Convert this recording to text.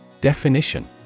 Definition